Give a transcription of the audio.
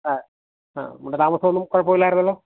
ആ അ നമ്മുടെ താമസം ഒന്നും കുഴപ്പമില്ലായിരുന്നല്ലോ